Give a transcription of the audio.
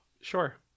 Sure